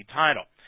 title